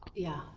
yeah,